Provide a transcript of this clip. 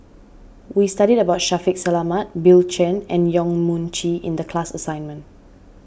we studied about Shaffiq Selamat Bill Chen and Yong Mun Chee in the class assignment